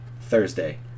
thursday